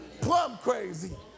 plum-crazy